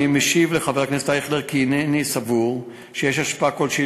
אני משיב לחבר הכנסת אייכלר כי אינני סבור שיש השפעה כלשהי